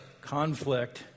conflict